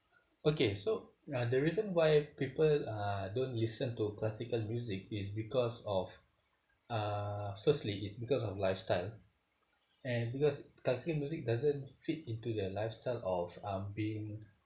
okay so uh the reason why people uh don't listen to classical music it's because of uh firstly it's because of lifestyle and because classical music doesn't fit into their lifestyle of um being